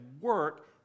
work